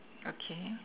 okay